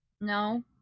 No